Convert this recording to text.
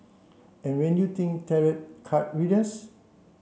and when you think tarot card readers